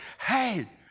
hey